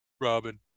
Robin